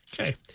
Okay